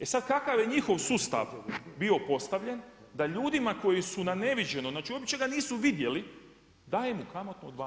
E sad, kakav je njihov sustav bio postavljen da ljudima koji su na neviđeno, znači uopće ga nisu vidjeli, dali mu kamatu od 2%